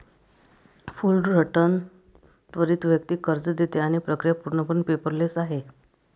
Fullerton त्वरित वैयक्तिक कर्ज देते आणि प्रक्रिया पूर्णपणे पेपरलेस आहे